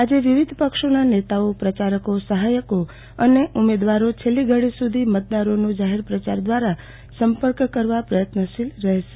આજે વિવિધ પક્ષોના નેતાઓ પ્રચારકો સહાયકો અને ઉમેદવારો છેલ્લી ઘડી સુધી મતદારોનો જાહેર પ્રચાર દ્વારા સંપર્ક કરવા પ્રયત્નશીલ રહેશે